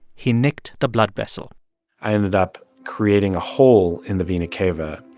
he nicked the blood vessel i ended up creating a hole in the vena cava,